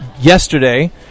yesterday